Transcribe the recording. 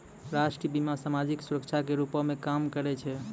राष्ट्रीय बीमा, समाजिक सुरक्षा के रूपो मे काम करै छै